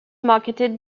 marketed